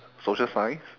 social science